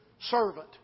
servant